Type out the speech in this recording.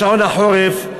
בשעון החורף,